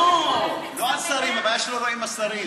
איתן, לא, הבעיה שלו לא עם השרים.